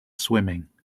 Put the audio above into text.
swimming